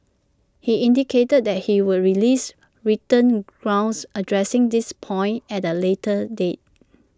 he indicated that he would release written grounds addressing this point at A later date